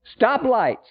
Stoplights